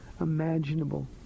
imaginable